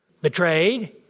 Betrayed